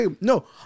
No